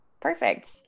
Perfect